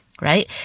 Right